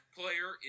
player